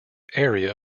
area